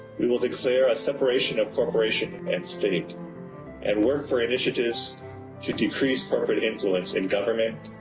we will declare a separation of corporation and state and work for initiatives to decrease corporate influence in government,